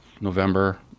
November